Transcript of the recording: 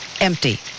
empty